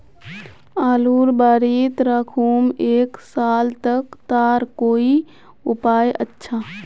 आलूर बारित राखुम एक साल तक तार कोई उपाय अच्छा?